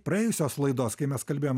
praėjusios laidos kai mes kalbėjom